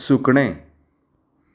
सुकणें